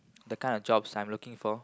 the kind of jobs I'm looking for